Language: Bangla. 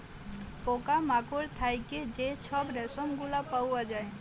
পকা মাকড় থ্যাইকে যে ছব রেশম গুলা পাউয়া যায়